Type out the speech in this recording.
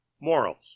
morals